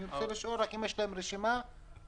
אני רק רוצה לשאול אם יש להם רשימה וחלוקה.